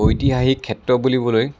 ঐতিহাসিক ক্ষেত্ৰ বুলিবলৈ